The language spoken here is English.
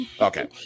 Okay